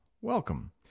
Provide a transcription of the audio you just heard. welcome